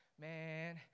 man